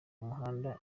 umuhanda